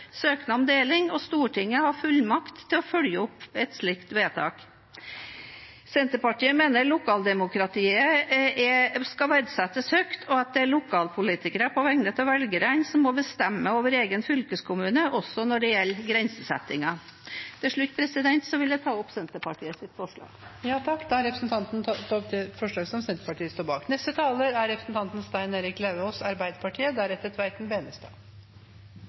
søknad om deling, og Stortinget har fullmakt til å følge opp et slikt vedtak. Senterpartiet mener lokaldemokratiet skal verdsettes høyt, og at det er lokalpolitikere på vegne av velgerne som må bestemme over egen fylkeskommune, også når det gjelder grensesettingen. Til slutt vil jeg ta opp Senterpartiet og SVs forslag. Representanten Heidi Greni har tatt opp de forslagene hun viste til.